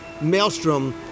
Maelstrom